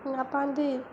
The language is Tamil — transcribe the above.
எங்கள் அப்பா வந்து